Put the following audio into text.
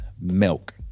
milk